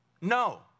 No